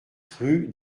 rue